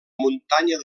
muntanya